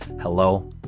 hello